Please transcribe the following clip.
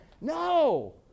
No